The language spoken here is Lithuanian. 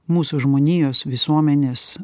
mūsų žmonijos visuomenės